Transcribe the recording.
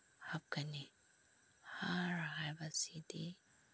ꯍꯥꯞꯀꯅꯤ ꯍꯥꯔ ꯍꯥꯏꯕꯁꯤꯗꯤ